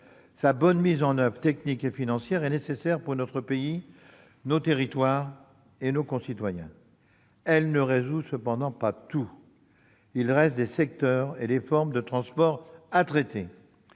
Sa bonne mise en oeuvre technique et financière est nécessaire pour notre pays, nos territoires et nos concitoyens. Elle ne résoudra cependant pas tout : il reste des secteurs et des formes de transports à traiter.